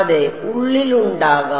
അതെ ഉള്ളിലുണ്ടാകാം